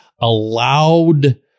allowed